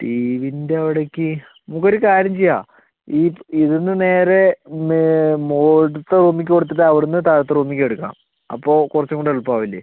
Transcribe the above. tea വീൻ്റെ അവിടേക്ക് നമുക്ക് ഒരു കാര്യം ചെയ്യാം ഈ ഇതിൽ നിന്ന് നേരെ മുകളിലത്തെ റൂമിലേക്ക് കൊടുത്തിട്ട് അവടെ നിന്ന് താഴത്തെ റൂമിലേക്ക് എടുക്കാം അപ്പോൾ കുറച്ചും കൂടി എളുപ്പം ആകില്ലേ